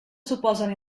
suposen